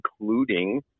including